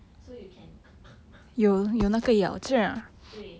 so you can 对